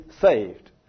saved